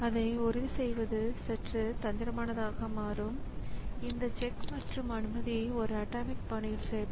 இந்த பஃபருடன் இந்த டிவைஸ் கன்ட்ரோலர் அதாவது உண்மையான டிவைஸ் இணைக்கப்பட்டுள்ளது